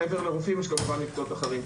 מעבר לרופאים, יש כמובן מקצועות אחרים.